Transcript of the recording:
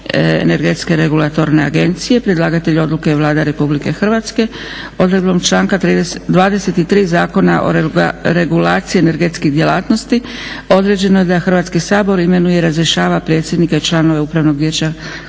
energetske regulatorne agencije Predlagatelj odluke je Vlada Republike Hrvatske. Odredbom članka 23. Zakona o regulaciji energetskih djelatnosti određeno je da Hrvatski sabor imenuje i razrješava predsjednika i članove Upravnog vijeća